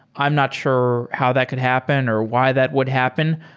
i'm not sure how that could happen or why that would happen,